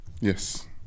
Yes